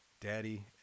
daddy